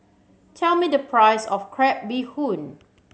tell me the price of crab bee hoon